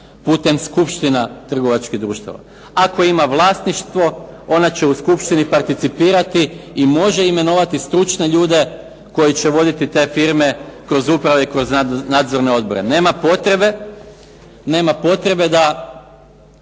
putem skupština trgovačkih društava. Ako ima vlasništvo ona će u skupštini participirati i može imenovat stručne ljude koji će voditi te firme kroz uprave i kroz nadzorne odbore. Nema potrebe da